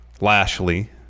Lashley